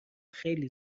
خیلی